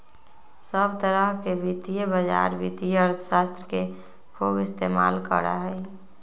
सब तरह के वित्तीय बाजार वित्तीय अर्थशास्त्र के खूब इस्तेमाल करा हई